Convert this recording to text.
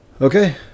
okay